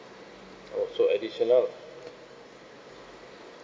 oh so additional